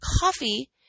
coffee